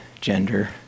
gender